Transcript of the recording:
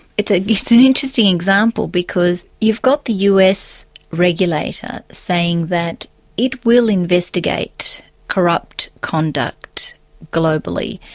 it's ah it's an interesting example, because you've got the us regulator saying that it will investigate corrupt conduct globally,